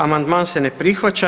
Amandman se ne prihvaća.